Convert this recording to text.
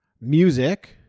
Music